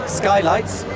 skylights